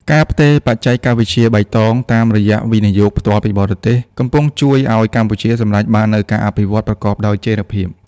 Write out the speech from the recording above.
ការផ្ទេរបច្ចេកវិទ្យាបៃតង តាមរយៈ វិនិយោគផ្ទាល់ពីបរទេស កំពុងជួយឱ្យកម្ពុជាសម្រេចបាននូវការអភិវឌ្ឍប្រកបដោយចីរភាព។